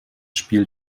spiel